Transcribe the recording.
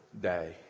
day